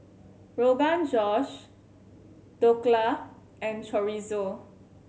Rogan Josh Dhokla and Chorizo